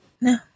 No